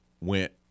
went